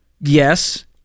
Yes